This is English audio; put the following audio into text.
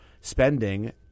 spending